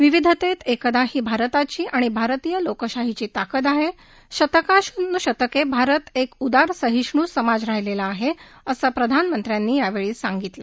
विविधतेत एकता ही भारताची आणि भारतीय लोकशाहीची ताकद आहे शतकानुशतके भारत एक सहिष्णु समाज राहिलेला आहे असं प्रधानमंत्र्यांनी यावेळी सांगितलं